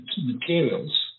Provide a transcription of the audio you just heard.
materials